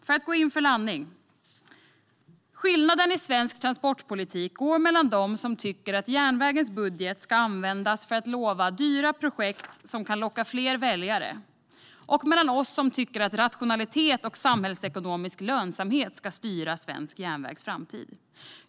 För att gå in för landning: Skillnaden i svensk transportpolitik går mellan dem som tycker att järnvägens budget ska användas för att utlova dyra projekt som kan locka fler väljare och oss som tycker att rationalitet och samhällsekonomisk lönsamhet ska styra svensk järnvägs framtid.